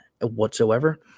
whatsoever